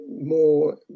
more